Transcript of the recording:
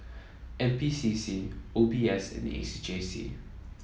N P C C O B S and A C J C